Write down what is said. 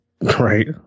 right